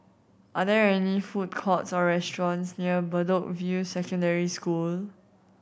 are there any food courts or restaurants near Bedok View Secondary School